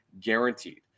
guaranteed